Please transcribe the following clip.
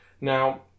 Now